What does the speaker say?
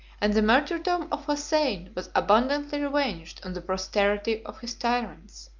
and the martyrdom of hossein was abundantly revenged on the posterity of his tyrants.